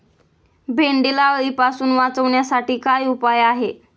भेंडीला अळीपासून वाचवण्यासाठी काय उपाय आहे?